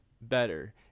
better